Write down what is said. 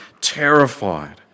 terrified